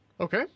Okay